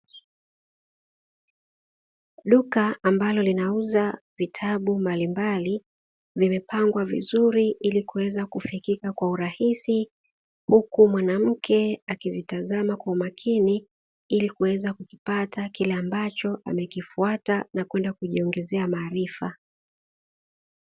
Duka ambalo linauza vitabu mbalimbali, vimepangwa vizuri, ili kuweza kufikika kwa urahisi huku mwanamke akivitazama kwa umakini ili kuweza kukipata kile ambacho amekifuata na kwenda kujiongezea maarifa.